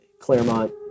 Claremont